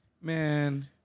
Man